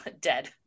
dead